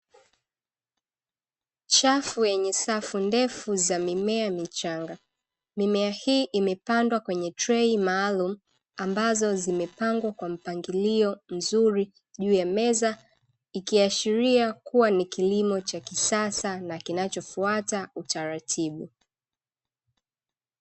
Chafu yenye safu ndefu za mimea michanga, mimea hii imepandwa kwenye trei maalumu ambazo zimepangwa kwa mpangilio mzuri juu ya meza, ikiashiria kuwa ni kilimo cha kisasa na kinachofuata utaratibu.